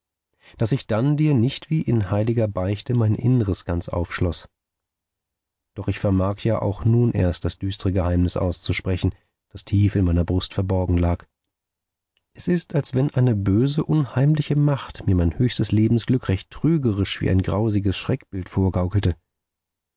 daß ich dann dir nicht wie in heiliger beichte mein innres ganz aufschloß doch ich vermag ja auch nun erst das düstre geheimnis auszusprechen das tief in meiner brust verborgen lag es ist als wenn eine böse unheimliche macht mir mein höchstes lebensglück recht trügerisch wie ein grausiges schreckbild vorgaukelte